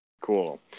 Cool